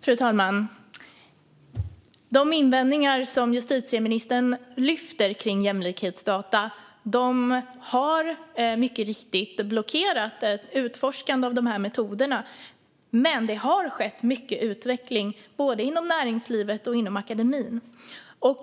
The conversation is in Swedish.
Fru talman! De invändningar som justitieministern lyfter kring jämlikhetsdata har mycket riktigt blockerat ett utforskande av de här metoderna. Men det har skett mycket utveckling både inom näringslivet och inom akademin.